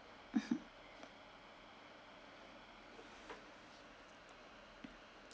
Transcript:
mmhmm